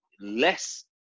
less